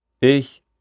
Ich